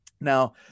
Now